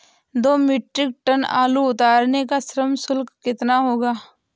दो metric tonne आलू उतारने का श्रम शुल्क कितना होगा?